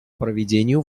проведению